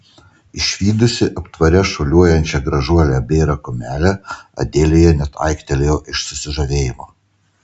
išvydusi aptvare šuoliuojančią gražuolę bėrą kumelę adelija net aiktelėjo iš susižavėjimo